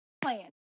plan